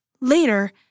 Later